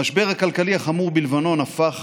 המשבר הכלכלי החמור בלבנון הפך